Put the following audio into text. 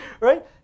right